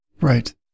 Right